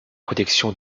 protection